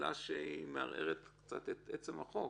שאלה שמערערת קצת את עצם החוק,